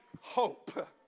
hope